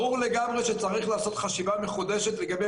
ברור לגמרי שצריך לעשות חשיבה מחודשת לגבי